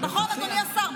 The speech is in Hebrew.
נכון, אדוני השר?